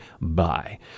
bye